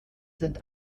sind